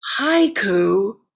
Haiku